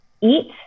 eat